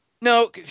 No